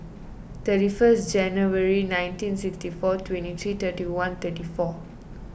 thirty three January nineteen sixty four twenty three thirty one thirty four